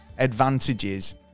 advantages